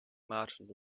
merchant